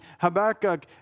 Habakkuk